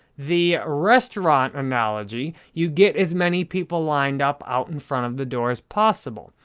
the restaurant analogy, you get as many people lined up out in front of the door as possible.